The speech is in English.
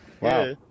Wow